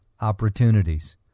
opportunities